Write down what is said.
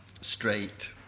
straight